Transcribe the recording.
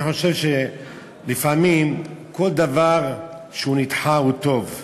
אני חושב שלפעמים כל דבר שנדחה הוא טוב.